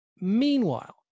meanwhile